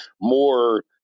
more